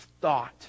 thought